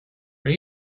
are